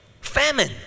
famine